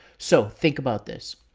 so think about this.